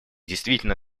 действительно